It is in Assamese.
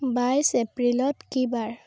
বাইছ এপ্ৰিলত কি বাৰ